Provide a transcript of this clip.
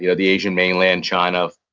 yeah the asian mainland, china,